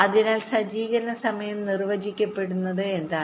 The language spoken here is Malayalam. അതിനാൽ സജ്ജീകരണ സമയം നിർവചിച്ചിരിക്കുന്നത് എന്താണ്